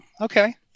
Okay